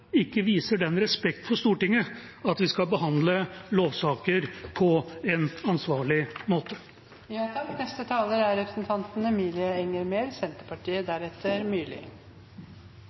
ikke viser den respekten for Stortinget at vi skal behandle lovsaker på en ansvarlig måte. Dette er en sørgelig dag for norske domstoler, og jeg er